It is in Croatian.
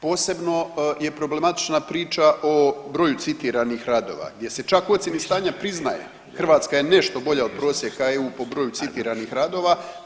Posebno je problematična priča o broju citiranih radova gdje se čak u ocjeni stanja priznaje Hrvatska je nešto bolja od prosjeka EU po broju citiranih radova.